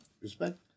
Respect